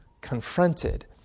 confronted